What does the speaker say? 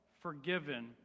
Forgiven